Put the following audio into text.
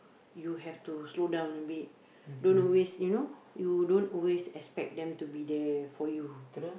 you have to slow down a bit don't always you know you don't always expect them to be there for you